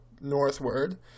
northward